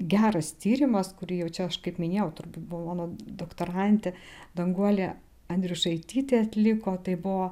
geras tyrimas kurį jau čia aš kaip minėjau turbūt buvo mano doktorantė danguolė andriušaitytė atliko tai buvo